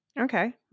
Okay